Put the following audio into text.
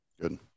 Good